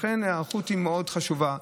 לכן ההיערכות מאוד חשובה,